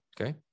Okay